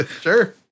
Sure